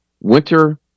winter